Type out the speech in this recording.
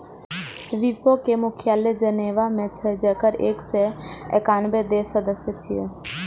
विपो के मुख्यालय जेनेवा मे छै, जेकर एक सय एकानबे देश सदस्य छियै